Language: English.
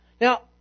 Now